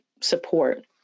support